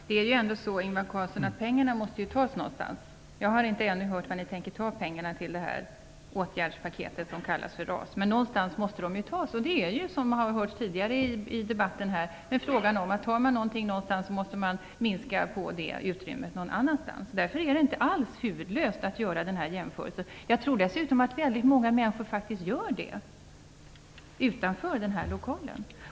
Herr talman! Pengarna måste tas från någonstans, Ingvar Carlsson. Jag har ännu inte hört varifrån ni tänker ta pengarna till åtgärdspaketet som kallas för RAS. Någonstans ifrån måste de tas. Som det har sagts tidigare i debatten är det fråga om att om pengarna tas någonstans ifrån måste utrymmet i sin tur sänkas någon annanstans. Det är inte alls huvudlöst att göra denna jämförelse. Jag tror dessutom att många människor utanför denna lokal gör denna jämförelse.